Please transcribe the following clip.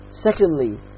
Secondly